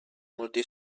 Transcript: molti